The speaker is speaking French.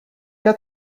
qu’a